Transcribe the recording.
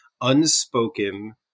unspoken